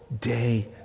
day